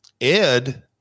Ed